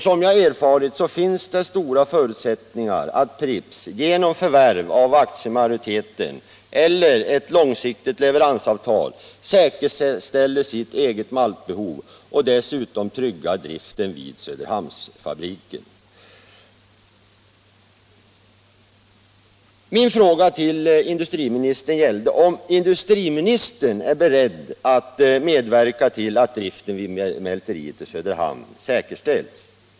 Som jag erfarit finns det stora förutsättningar för att Pripps genom ett förvärv av aktiemajoriteten eller ett långsiktigt leveransavtal skulle kunna säkerställa sitt eget maltbehov och dessutom trygga driften vid Söderhamnsfabriken. Min fråga till industriministern gällde om industriministern är beredd att medverka till att driften vid mälteriet i Söderhamn säkerställs.